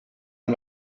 amb